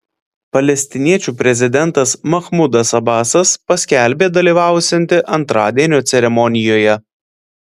palestiniečių prezidentas mahmudas abasas paskelbė dalyvausianti antradienio ceremonijoje